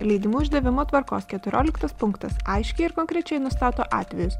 leidimų išdavimo tvarkos keturioliktas punktas aiškiai ir konkrečiai nustato atvejus